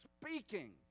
speaking